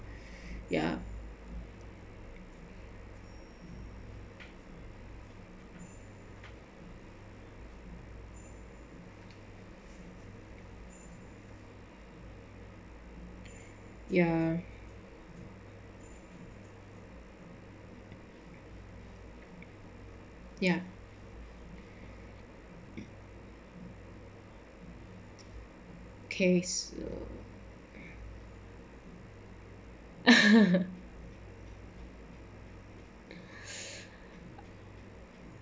ya ya ya okay so